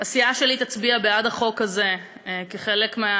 הסיעה שלי תצביע בעד החוק הזה, למה?